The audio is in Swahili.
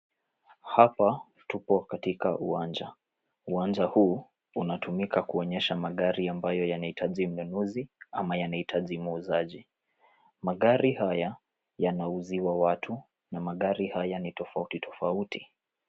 Hapa tupo katika uwanja. Uwanja huu unatumika kuonyesha magari ambayo yanahitaji mnunuzi ama yanahitaji muuzaji. Magari haya yanauziwa watu na magari haya ni tofauti tofauti.